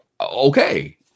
okay